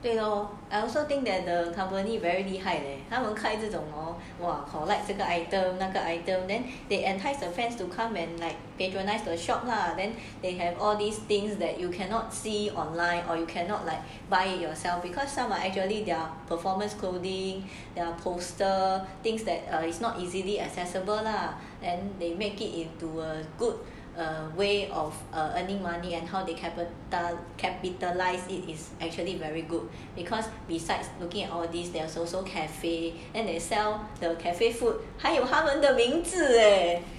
对咯 I also think that the company very 厉害 leh 他们开这种 hor !wah! collect item 那个 item then they entice the fans to come and like patronize the shop lah then they have all these things that you cannot see online or you cannot like buy yourself because some are actually their performance clothing the poster things that is not easily accessible lah and they make it into a good way of earning money and how they capital~ capitalize it is actually very good because besides looking at all this there was also cafe and they sell the cafe food 还有他们的名字 leh